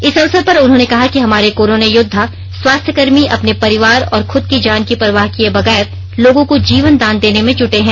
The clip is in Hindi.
इस अवसर पर उन्होंने कहा कि हमारे कोरोना योद्वा स्वास्थ्य कर्मी अपने परिवार और खुद की जान की परवाह किए बगैर लोगों को जीवन दान देने में जुटे हैं